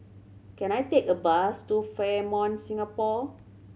can I take a bus to Fairmont Singapore